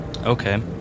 Okay